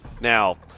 Now